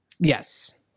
Yes